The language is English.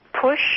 Push